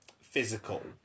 physical